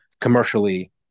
commercially